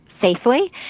safely